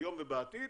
היום ובעתיד,